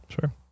Sure